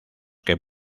que